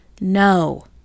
no